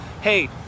hey